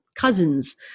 cousins